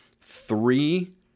three